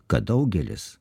kad daugelis